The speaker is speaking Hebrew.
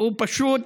הוא פשוט